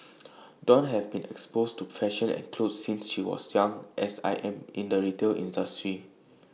dawn have been exposed to fashion and clothes since she was young as I am in the retail industry